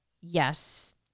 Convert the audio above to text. yes